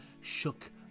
shook